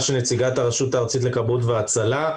רשות הכבאות וההצלה.